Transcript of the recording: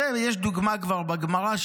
לזה יש דוגמה כבר בגמרא,